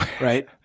right